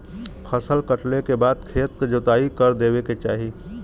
फसल कटले के बाद खेत क जोताई कर देवे के चाही